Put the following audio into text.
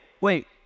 wait